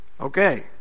Okay